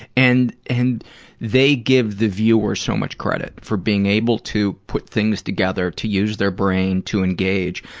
and, and they give the viewer so much credit for being able to put things together, to use their brain, to engage.